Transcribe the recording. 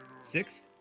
Six